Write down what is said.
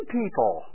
people